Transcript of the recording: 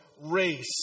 race